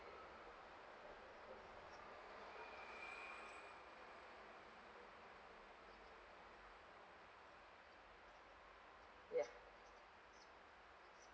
ya